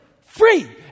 free